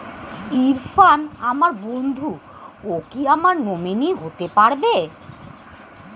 ইরফান আমার বন্ধু ও কি আমার নমিনি হতে পারবে?